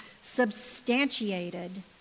substantiated